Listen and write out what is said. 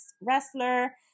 wrestler